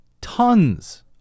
tons